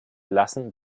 lassen